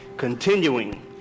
continuing